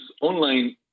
online